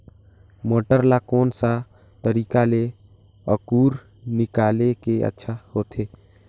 मटर ला कोन सा तरीका ले अंकुर निकाले ले अच्छा होथे?